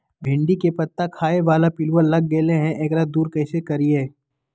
भिंडी के पत्ता खाए बाला पिलुवा लग गेलै हैं, एकरा दूर कैसे करियय?